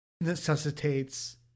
necessitates